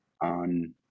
on